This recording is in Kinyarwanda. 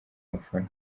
bafana